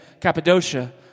Cappadocia